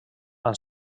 van